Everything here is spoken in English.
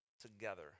together